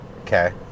Okay